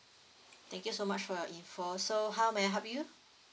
thank you so much for your info so how may I help you